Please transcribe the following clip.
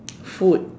food